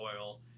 oil